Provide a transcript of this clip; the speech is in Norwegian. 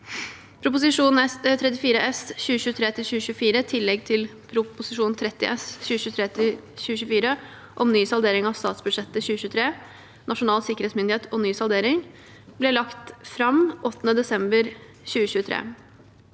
Prop. 34 S for 2023–2024, Tillegg til Prop. 30 S for 2023–2024 om ny saldering av statsbudsjettet 2023 (Nasjonal sikkerhetsmyndighet og ny saldering), ble lagt fram den 8. desember 2023.